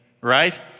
right